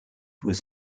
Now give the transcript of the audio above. was